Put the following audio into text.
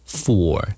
four